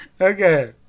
Okay